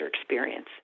experience